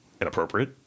inappropriate